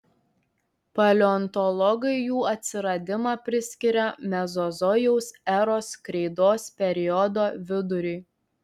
paleontologai jų atsiradimą priskiria mezozojaus eros kreidos periodo viduriui